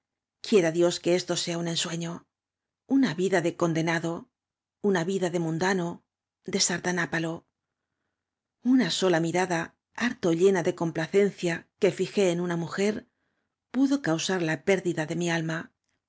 juuiera dios que esto sea un ensueño una vida de condenado una vida de mundano de sardaoápalo una sola mirada harto llena de complacencia que ñjé en una mnjer pudo causar la pérdida de mi alma